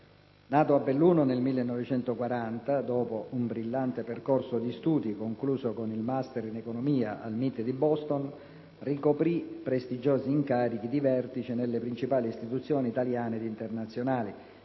Nato a Belluno nel 1940, dopo un brillante percorso di studi concluso con il *master* in economia al MIT di Boston, ricoprì prestigiosi incarichi di vertice nelle principali istituzioni italiane ed internazionali,